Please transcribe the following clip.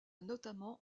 notamment